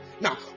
Now